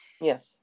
Yes